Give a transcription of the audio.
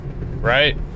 right